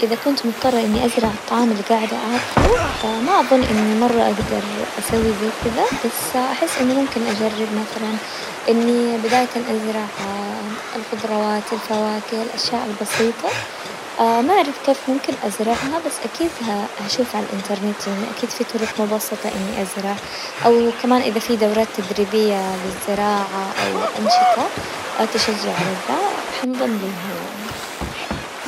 اذا كنت مضطرة اني ازرع الطعام اللي قاعدة اكله ما اظن اني مرة اقدر اسوي زي كذا، بس احس انه ممكن اجرب مثلا اني بداية ازرع الخضروات، الفواكه، الاشياء البسيطة، ما اعرف كيف ممكن ازرعها بس اكيد اشوف على الانترنت يعني اكيد في طرق مبسطة اني ازرع، او كمان اذا في دورات تدريبية للزراعة او انشطة، تشجع على ذا حنضم ليها يعني.